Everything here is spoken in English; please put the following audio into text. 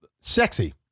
Sexy